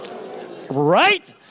right